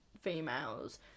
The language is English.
females